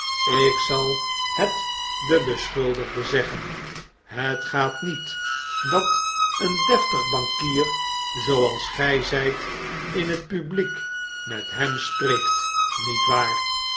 ik zal het de beschuldigde zeggen het gaat niet dat een deftige bankier zooals gy zjjt in het publiek met hem spreekt niet waar